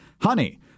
Honey